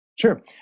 Sure